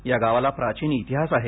या गावाला प्राचीन इतिहास आहे